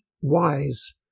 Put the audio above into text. wise